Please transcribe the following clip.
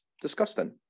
Disgusting